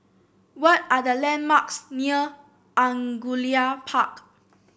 what are the landmarks near Angullia Park